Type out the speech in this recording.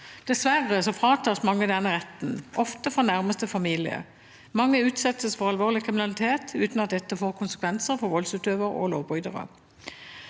Dessverre fratas mange denne retten, ofte fra nærmeste familie. Mange utsettes for alvorlig kriminalitet uten at dette får konsekvenser for voldsutøvere og lovbrytere.